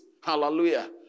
Hallelujah